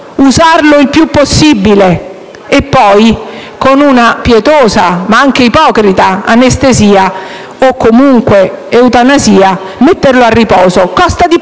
usarlo il più possibile e poi, con una pietosa, ma anche ipocrita, anestesia o comunque eutanasia, metterlo a riposo. Costa di più